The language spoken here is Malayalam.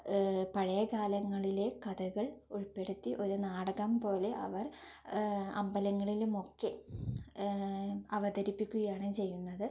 പഴയ കാലങ്ങളിലെ കഥകൾ ഉൾപ്പെടുത്തി ഒരു നാടകം പോലെ അവർ അമ്പലങ്ങളിലും ഒക്കെ അവതരിപ്പിക്കുകയാണ് ചെയ്യുന്നത്